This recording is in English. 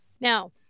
Now